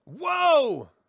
Whoa